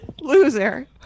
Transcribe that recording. loser